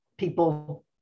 People